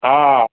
हा